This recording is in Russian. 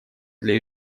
для